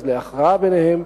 אז להכרעה ביניהם,